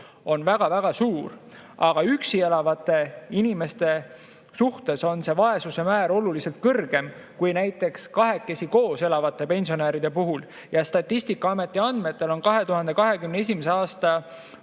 on kergem toime tulla]. Aga üksi elavate inimeste puhul on see vaesuse määr oluliselt kõrgem kui näiteks kahekesi koos elavate pensionäride puhul. Statistikaameti andmetel oli 2021. aastal